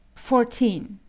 fourteen.